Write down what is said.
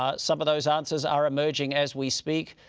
ah some of those answers are emerging as we speak,